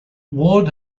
ward